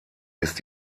ist